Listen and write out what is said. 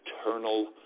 eternal